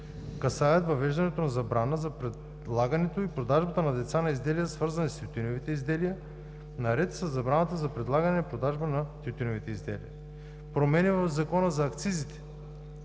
касаят въвеждането на забрана за предлагането и продажбата на деца на изделия, свързани с тютюневите изделия, наред със забраната за предлагане и продажба на тютюневите изделия. Промените в Закона за акцизите